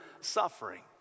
suffering